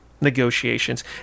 negotiations